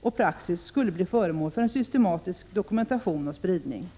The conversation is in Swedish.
och praxis skulle bli föremål för en systematisk dokumentation och spridning.